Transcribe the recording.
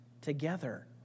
together